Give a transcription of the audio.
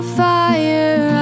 fire